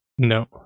No